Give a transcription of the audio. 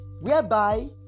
Whereby